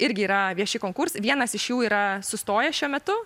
irgi yra vieši konkursai vienas iš jų yra sustojęs šiuo metu